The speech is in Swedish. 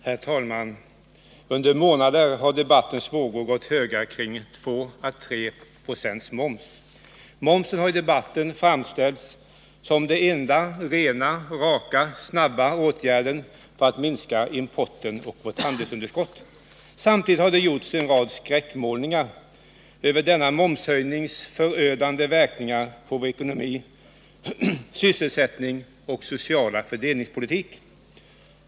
Herr talman! Under månader har debattens vågor gått höga kring frågan om en höjning av momsen med 2 å 3 70. Momsen har i debatten framställts som den enda rena, raka och snabba åtgärden för att minska importen och vårt handelsunderskott. Samtidigt har det gjorts en rad skräckmålningar över denna momshöjnings förödande verkningar på vår ekonomi, sysselsättning och sociala fördelningspolitik.